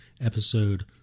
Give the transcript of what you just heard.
episode